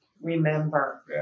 remember